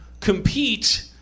compete